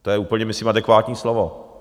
To je úplně myslím adekvátní slovo.